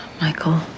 Michael